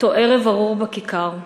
אותו ערב ארור בכיכר,